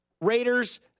Raiders